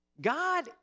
God